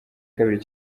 kabiri